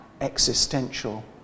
existential